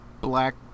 Black